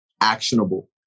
actionable